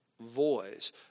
voice